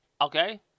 Okay